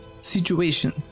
situation